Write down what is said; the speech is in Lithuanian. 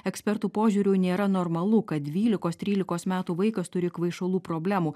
ekspertų požiūriu nėra normalu kad dvylikos trylikos metų vaikas turi kvaišalų problemų